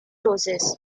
roses